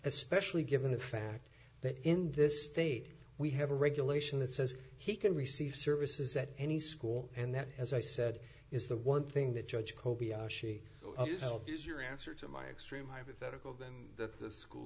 especially given the fact that in this state we have a regulation that says he can receive services at any school and that as i said is the one thing that judge she is your answer to my extreme i better call them the school